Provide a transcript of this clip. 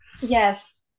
Yes